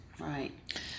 Right